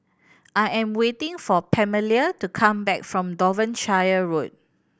I am waiting for Pamelia to come back from Devonshire Road